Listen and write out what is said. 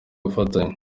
gufatanya